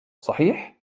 صحيح